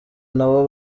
nabo